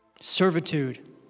Servitude